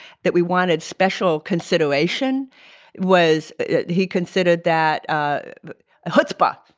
that we wanted special consideration was he considered that ah chutzpah.